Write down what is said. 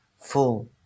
full